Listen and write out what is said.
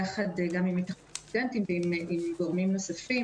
יחד עם ‏התאחדות הסטודנטים וגורמים נוספים,